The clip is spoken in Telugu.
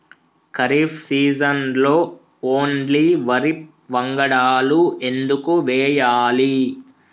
ఖరీఫ్ సీజన్లో ఓన్లీ వరి వంగడాలు ఎందుకు వేయాలి?